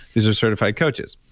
these are certified coaches.